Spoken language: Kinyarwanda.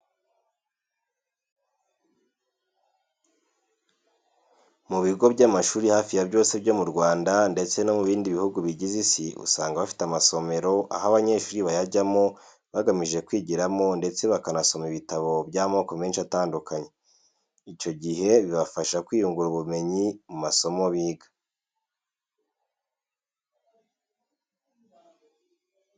Mu bigo by'amashuri hafi ya byose byo mu Rwanda ndetse no mu bindi bihugu bijyize Isi, usanga bafite amasomero aho abanyeshuri bayajyamo bagamije kwigiramo ndetse bakanasoma ibitabo by'amoko menshi atandukanye. Icyo gihe bibafasha kwiyungura ubumenyi mu masomo biga.